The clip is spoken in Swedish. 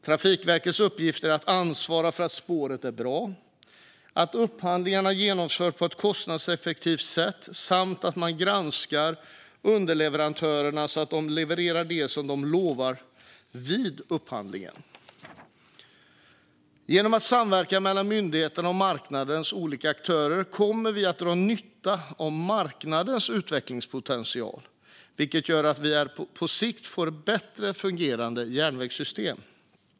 Trafikverkets uppgift är att ansvara för att spåret är bra, att upphandlingar genomförs på ett kostnadseffektivt sätt samt att granska underleverantörerna så att de levererar det som de lovar vid upphandlingarna. Genom samverkan mellan myndigheten och marknadens olika aktörer kommer vi att dra nytta av marknadens utvecklingspotential, vilket gör att vi på sikt får ett bättre fungerande järnvägssystem.